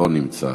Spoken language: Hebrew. לא נמצא.